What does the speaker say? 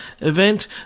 event